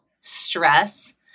stress